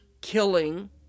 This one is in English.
killing